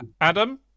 adam